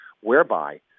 whereby